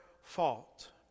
fault